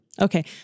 Okay